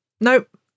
nope